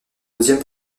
deuxième